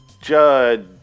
Judd